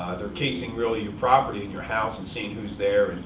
they're casing, really, your property and your house, and seeing who's there,